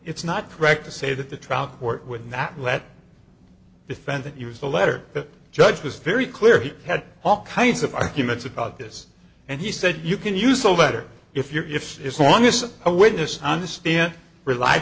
it's not correct to say that the trial court would not let defendant use the letter the judge was very clear he had all kinds of arguments about this and he said you can use a letter if you're if it's long as a witness understand relied